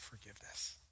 forgiveness